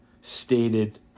stated